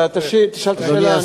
אתה תשאל את השאלה,